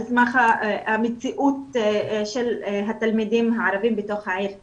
סמך המציאות של התלמידים הערבים בתוך העיר כרמיאל.